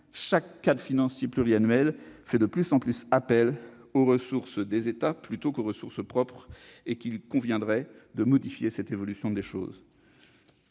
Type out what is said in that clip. chaque cadre financier pluriannuel fait justement de plus en plus appel aux ressources des États plutôt qu'aux ressources propres. Il conviendrait de modifier une telle évolution. Rien